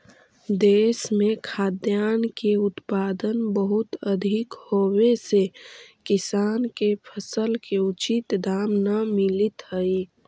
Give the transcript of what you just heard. देश में खाद्यान्न के उत्पादन बहुत अधिक होवे से किसान के फसल के उचित दाम न मिलित हइ